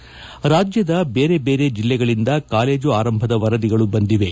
ಸುಧೀಂದ್ರ ರಾಜ್ಯದ ಬೇರೆ ಬೇರೆ ಜಿಲ್ಲೆಗಳಿಂದ ಕಾಲೇಜು ಆರಂಭದ ವರದಿಗಳು ಬಂದಿವೆ